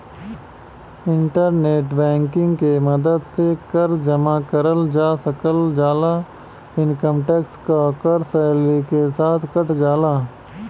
internet banking के मदद से कर जमा करल जा सकल जाला इनकम टैक्स क कर सैलरी के साथ कट जाला